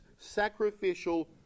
sacrificial